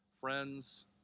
friends